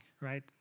right